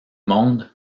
monde